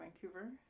Vancouver